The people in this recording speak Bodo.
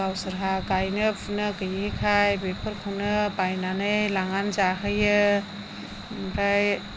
गावसोरहा गायनो फुनो गैयिखाय बेफोरखौनो बायनानै लांनानै जाहैयो ओमफ्राय